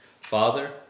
Father